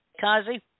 Kazi